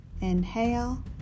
inhale